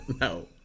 No